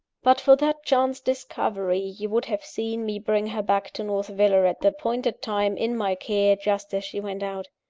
but for that chance discovery, you would have seen me bring her back to north villa at the appointed time, in my care, just as she went out.